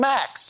Max